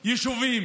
יישובים.